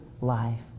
life